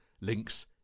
links